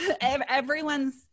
everyone's